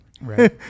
Right